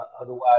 Otherwise